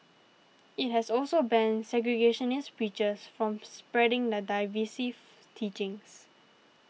it has also banned segregationist preachers from spreading their divisive teachings